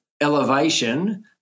elevation